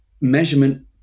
measurement